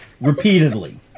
Repeatedly